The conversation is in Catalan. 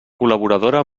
col·laboradora